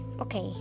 Okay